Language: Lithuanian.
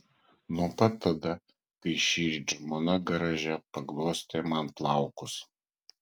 nuo pat tada kai šįryt žmona garaže paglostė man plaukus